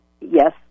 Yes